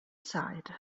side